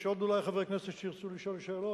יש אולי עוד חברי כנסת שירצו לשאול שאלות?